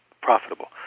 profitable